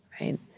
right